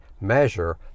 measure